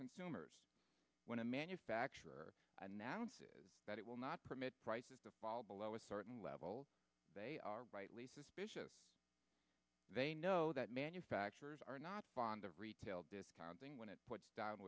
consumers when a manufacturer announces that it will not permit prices to fall below a certain level they are rightly suspicious they know that manufacturers are not fond of retail discounting when it